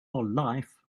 life